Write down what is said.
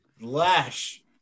Lash